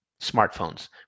Smartphones